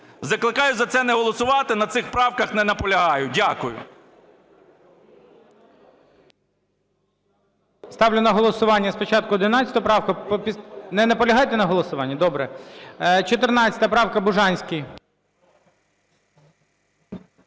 Закликаю за це не голосувати. На цих правках не наполягаю. Дякую.